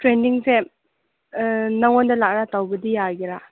ꯇ꯭ꯔꯦꯅꯤꯡꯁꯦ ꯅꯉꯣꯟꯗ ꯂꯥꯛꯑꯒ ꯇꯧꯕꯗꯤ ꯌꯥꯒꯗ꯭ꯔꯥ